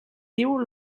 diu